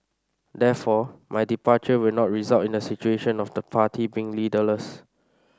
therefore my departure will not result in a situation of the party being leaderless